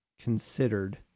considered